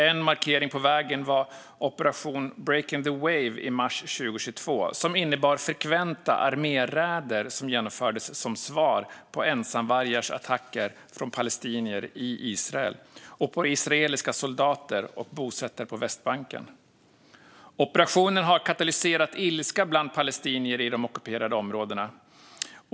En markering på vägen var Operation Break the Wave i mars 2022, som innebär frekventa arméräder som genomfördes som svar på ensamvargars attacker från palestinier i Israel mot israeliska soldater och bosättare på Västbanken. Operationen har katalyserat ilska bland palestinier i de ockuperade områdena.